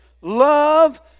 love